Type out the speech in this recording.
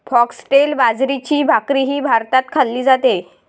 foxtail बाजरीची भाकरीही भारतात खाल्ली जाते